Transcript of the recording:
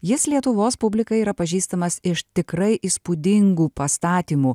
jis lietuvos publikai yra pažįstamas iš tikrai įspūdingų pastatymų